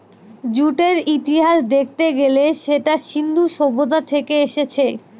জুটের ইতিহাস দেখতে গেলে সেটা সিন্ধু সভ্যতা থেকে এসেছে